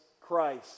Christ